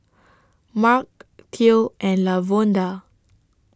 Marc Theo and Lavonda